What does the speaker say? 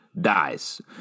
dies